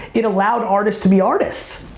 it allowed artists to be artists.